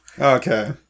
Okay